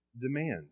demand